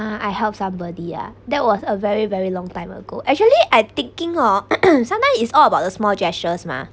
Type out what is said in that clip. ah I help somebody ah that was a very very long time ago actually I thinking hor sometime is all about the small gestures mah